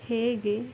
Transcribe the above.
ಹೇಗೆ